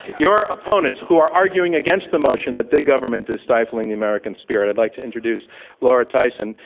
your opponents, who are arguing against the motion that big government is stifling the american spirit, i'd like to introduce laura tyson,